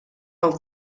pel